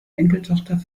enkeltochter